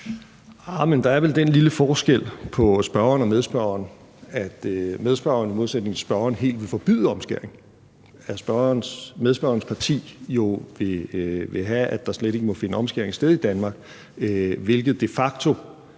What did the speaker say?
er vel den lille forskel på spørgeren og medspørgeren, at medspørgeren i modsætning til spørgeren helt vil forbyde omskæring. Medspørgerens parti vil jo have, at der slet ikke må finde omskæring sted i Danmark, hvilket de facto